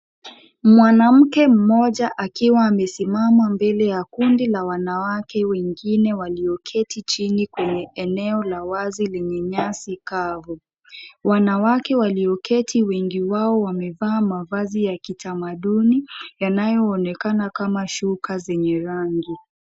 Mwanamke mmoja akiwa amesimama mbele ya kundi la wanawake wengine walioketi chini kwenye eneo la wazi lenye nyasi kavu. Wanawake walioketi wengi wao wamevaa mavazi ya kitamaduni yanaonekana kama shuka zenye rangi.